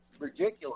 Ridiculous